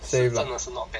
safe lah